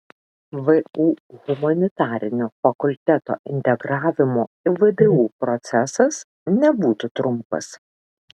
vu humanitarinio fakulteto integravimo į vdu procesas nebūtų trumpas